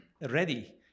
ready